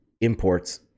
imports